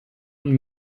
und